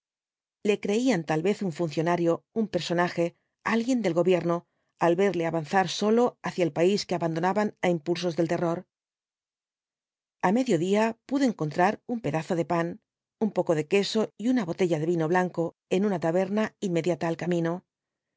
le creían tal vez un funcionario un personaje alguien del gobierno al verle avanzar solo hacia el país que abandonaban á impulsos del terror a mediodía pudo encontrar un pedazo de pan un poco de queso y una botella de vino blanco en una taberna inmediata al camino el